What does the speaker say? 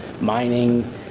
mining